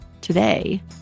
today